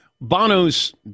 Bono's